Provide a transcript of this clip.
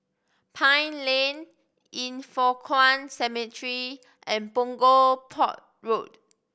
Pine Lane Yin Foh Kuan Cemetery and Punggol Port Road